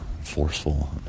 forceful